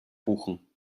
buchen